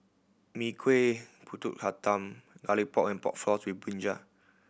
Mee Kuah Pulut Hitam Garlic Pork and Pork Floss with brinjal